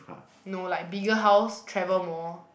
no like bigger house travel more